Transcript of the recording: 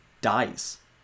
dies